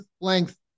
length